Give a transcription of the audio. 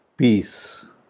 Peace